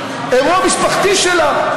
אלה שאף אחד לא מכיר,